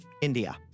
India